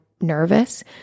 nervous